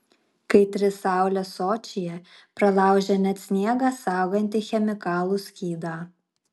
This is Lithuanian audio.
kaitri saulė sočyje pralaužia net sniegą saugantį chemikalų skydą